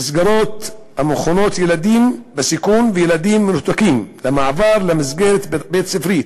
מסגרות המכינות ילדים בסיכון וילדים מנותקים למעבר למסגרת בית-ספרית,